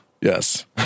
Yes